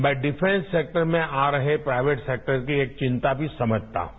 मैं defence sector आ रहे प्राइवेट सेक्टर की एक चिंता भी समझता हूं